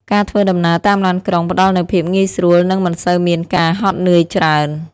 ការធ្វើដំណើរតាមឡានក្រុងផ្តល់នូវភាពងាយស្រួលនឹងមិនសូវមានការហត់នឿយច្រើន។